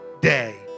day